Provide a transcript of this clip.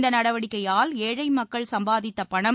இந்த நடவடிக்கையால் ஏழை மக்கள் சம்பாதித்த பணம்